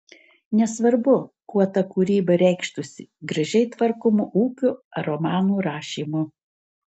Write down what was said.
nesvarbu kuo ta kūryba reikštųsi gražiai tvarkomu ūkiu ar romanų rašymu